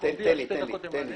אנחנו עומדים על שתי דקות למענה.